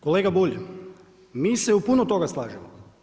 Kolega Bulj, mi se u puno toga slažemo.